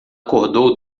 acordou